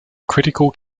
critical